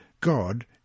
God